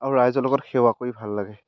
আৰু ৰাইজৰ লগত সেৱা কৰি ভাল লাগে